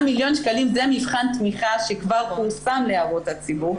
ה-110 מיליון שקלים זה מבחן תמיכה שכבר פורסם להערות הציבור,